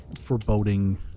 foreboding